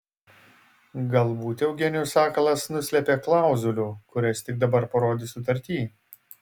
galbūt eugenijus sakalas nuslėpė klauzulių kurias tik dabar parodys sutarty